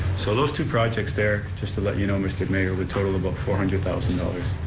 so those two projects there, just to let you know, mr. mayor, would total about four hundred thousand dollars,